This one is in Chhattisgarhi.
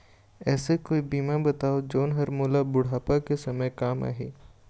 ऐसे कोई बीमा बताव जोन हर मोला बुढ़ापा के समय काम आही?